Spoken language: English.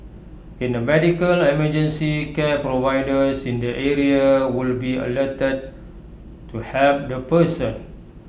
in A medical emergency care providers in the area would be alerted to help the person